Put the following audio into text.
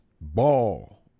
ball